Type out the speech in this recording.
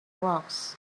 rocks